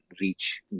reach